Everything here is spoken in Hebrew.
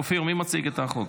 אופיר, מי מציג את החוק?